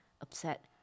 upset